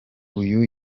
uyu